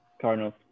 Cardinals